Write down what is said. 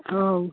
ହଉ